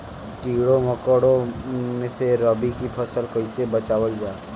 कीड़ों मकोड़ों से रबी की फसल के कइसे बचावल जा?